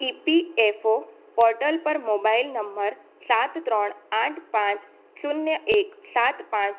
EPFO portal પર mobile number સાત ત્રણ આઠ પાંચ શૂન્ય એક સાત પાંચ